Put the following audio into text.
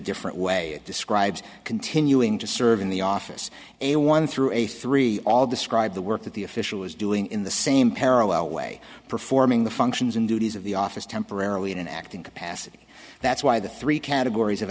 different way it describes continuing to serve in the office a one through a three all describe the work that the official is doing in the same parallel way performing the functions and duties of the office temporarily in an acting capacity that's why the three categories of